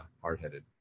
hardheaded